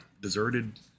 deserted